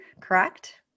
correct